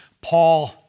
Paul